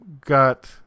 got